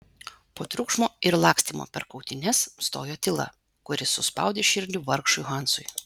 po triukšmo ir lakstymo per kautynes stojo tyla kuri suspaudė širdį vargšui hansui